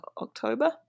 October